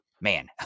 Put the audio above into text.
man